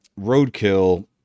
Roadkill